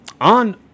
on